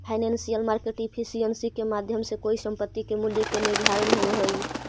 financial market efficiency के माध्यम से कोई संपत्ति के मूल्य के निर्धारण होवऽ हइ